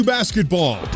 Basketball